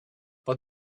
but